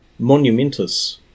monumentous